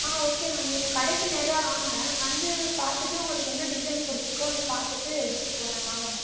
ஆ okay ma'am நீங்கள் கடைக்கு நேராக வாங்க வந்து பார்த்துட்டு உங்களுக்கு என்ன டிசைன் பிடிச்சிருக்கோ வந்து பார்த்துட்டு எடுத்துகிட்டு போலாம் வாங்க மேம்